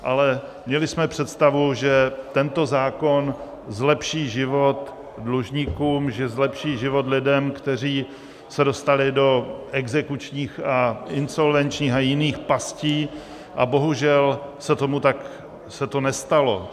Ale měli jsme představu, že tento zákon zlepší život dlužníkům, že zlepší život lidem, kteří se dostali do exekučních, insolvenčních a jiných pastí, a bohužel se to tak nestalo.